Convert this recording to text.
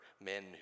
men